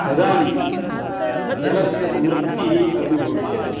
तदानीं जलस्य समृद्धिः अपि भविष्यति